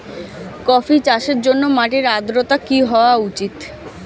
Coffee চাষের জন্য মাটির আর্দ্রতা কি হওয়া উচিৎ?